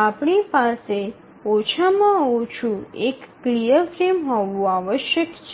આપણી પાસે ઓછામાં ઓછું એક ક્લિયર ફ્રેમ હોવું આવશ્યક છે